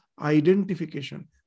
identification